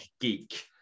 geek